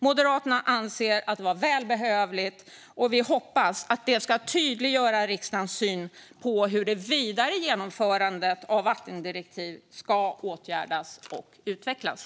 Moderaterna anser att det var välbehövligt, och vi hoppas att det ska tydliggöra riksdagens syn på hur det vidare genomförandet av vattendirektivet ska åtgärdas och utvecklas.